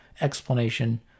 explanation